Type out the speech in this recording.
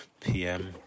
pm